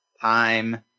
time